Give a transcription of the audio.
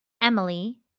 Emily